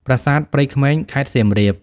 ប្រាសាទព្រៃក្មេង (ខេត្តសៀមរាប)។